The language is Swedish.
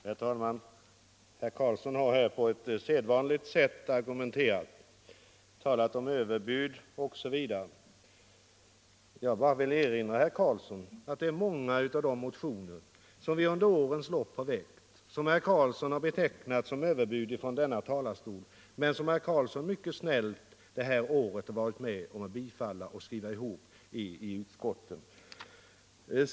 Herr talman! Herr Karlsson i Huskvarna har här argumenterat på ett sedvanligt sätt och talat om överbud osv. Jag vill bara erinra herr Karlsson om att det är många av de motioner som vi under årens lopp har väckt och som herr Karlsson från denna talarstol har betecknat som överbud men som herr Karlsson mycket snällt det här året har varit med om att tillstyrka och skriva ihop i utskottet.